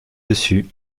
dessus